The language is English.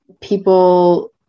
people